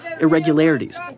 irregularities